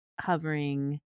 hovering